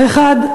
האחד,